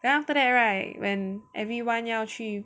then after that right when everyone 要去